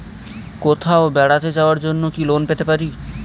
কোথাও বেড়াতে যাওয়ার জন্য কি লোন পেতে পারি?